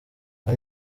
aho